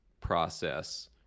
process